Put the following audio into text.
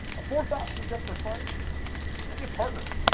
a fourth option just for fun maybe a partner.